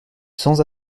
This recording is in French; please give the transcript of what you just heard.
sans